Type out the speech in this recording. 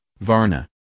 Varna